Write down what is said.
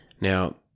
Now